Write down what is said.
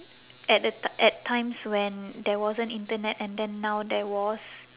at the t~ at times when there wasn't internet and then now there was